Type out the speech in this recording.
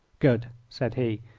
good, said he.